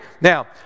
Now